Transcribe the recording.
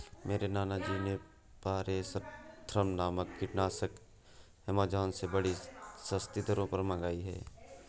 मेरे नाना जी ने पायरेथ्रम नामक कीटनाशक एमेजॉन से बड़ी सस्ती दरों पर मंगाई है